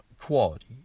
quality